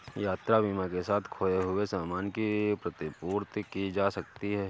यात्रा बीमा के साथ खोए हुए सामान की प्रतिपूर्ति की जा सकती है